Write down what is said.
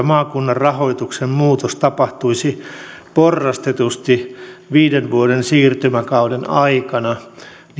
maakunnan rahoituksen muutos tapahtuisi porrastetusti viiden vuoden siirtymäkauden aikana